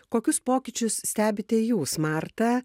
kokius pokyčius stebite jūs marta